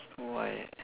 why